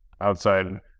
outside